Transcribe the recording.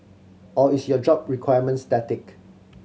or is your job requirement static